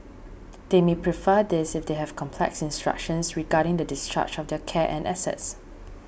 they may prefer this if they have complex instructions regarding the discharge of their care and assets